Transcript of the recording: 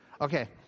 Okay